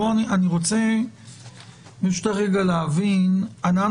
תכף